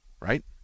right